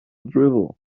drivel